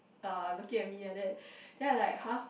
uh looking at me like that then I like !huh!